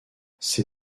ses